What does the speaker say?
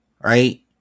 right